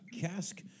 Cask